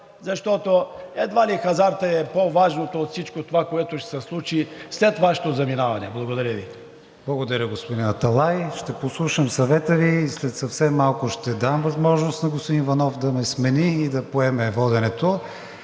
защото едва ли хазартът е по-важното от всичко това, което ще се случи след Вашето заминаване. Благодаря Ви. ПРЕДСЕДАТЕЛ КРИСТИАН ВИГЕНИН: Благодаря, господин Аталай. Ще послушам съвета Ви и след съвсем малко ще дам възможност на господин Иванов да ме смени и да поеме воденето.